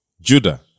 Judah